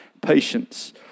patience